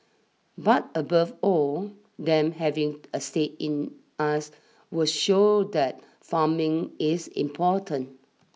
but above all them having a stake in us will show that farming is important